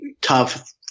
tough